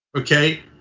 okay?